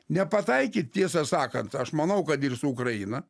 nepataikyt tiesą sakant aš manau kad ir su ukraina